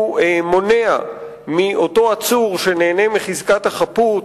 הוא מונע מאותו עצור, שנהנה מחזקת החפות,